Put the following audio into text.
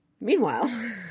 Meanwhile